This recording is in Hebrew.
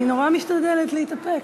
אני נורא משתדלת להתאפק,